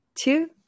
Two